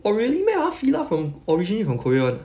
oh really meh ah FILA from originally from korea [one] ah